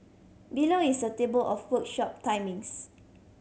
below is a table of workshop timings